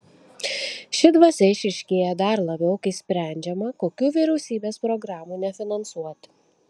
ši dvasia išryškėja dar labiau kai sprendžiama kokių vyriausybės programų nefinansuoti